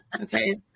okay